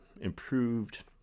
improved